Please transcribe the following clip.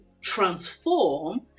transform